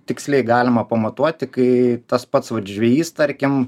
tiksliai galima pamatuoti kai tas pats žvejys tarkim